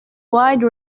wide